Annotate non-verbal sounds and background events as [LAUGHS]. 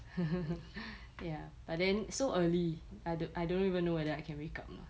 [LAUGHS] ya but then so early I don't I don't even know I can wake up or not